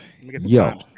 Yo